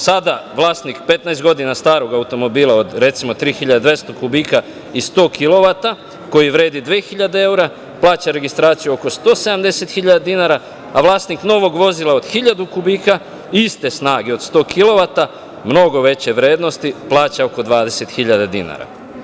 Sada vlasnik 15 godina starog automobila od, recimo, 3.200 kubika i 100 kilovata, koji vredi 2.000 eura, plaća registraciju oko 170.000 dinara, a vlasnik novog vozila od 1.000 kubika iste snage od 100 kilovata, mnogo veće vrednosti, plaća oko 20.000 dinara.